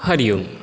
Hari Om